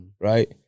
right